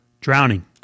drowning